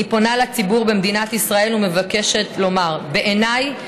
אני פונה לציבור במדינת ישראל ומבקשת לומר: בעיניי,